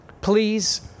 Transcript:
Please